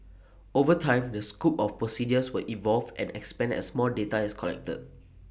over time the scope of procedures will evolve and expand as more data is collected